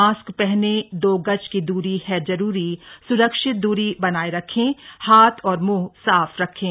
mask पहने दो गज की दूरी है जरूरी सुरक्षित दूरी बनाए रखें हाथ और मुंह साफ रखें